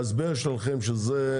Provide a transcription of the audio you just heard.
ההסבר שלכם שזה,